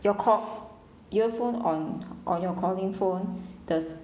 your call earphone on on your calling phone does